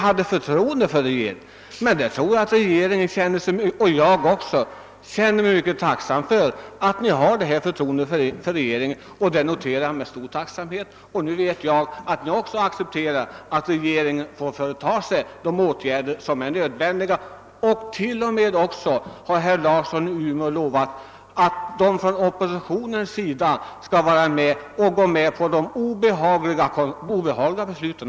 Jag tror att regeringen känner sig mycket tacksam för att ni har detta förtroende för den. Det noterar också jag med stor tacksamhet. Därmed förstår jag att ni också accepterar, att regeringen får vidta de åtgärder som är nödvändiga. Herr Larsson i Umeå lovade t.o.m. att man från oppositionens sida skall gå med på obehagliga beslut.